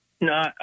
No